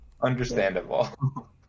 understandable